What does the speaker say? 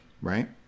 right